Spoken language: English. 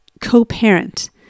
co-parent